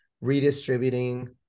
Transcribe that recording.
redistributing